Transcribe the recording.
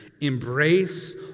Embrace